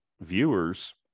viewers